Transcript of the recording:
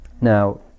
Now